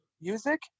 Music